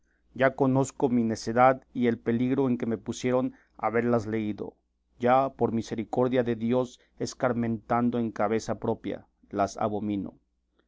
ya conozco mi necedad y el peligro en que me pusieron haberlas leído ya por misericordia de dios escarmentando en cabeza propia las abomino